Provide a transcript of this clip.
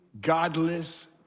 godless